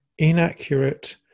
inaccurate